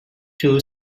two